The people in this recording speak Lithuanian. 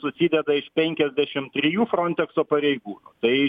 susideda iš penkiasdešim trijų frontekso pareigų tai